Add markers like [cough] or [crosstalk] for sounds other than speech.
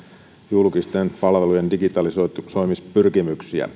julkisten palvelujen digitalisoimispyrkimyksiä [unintelligible]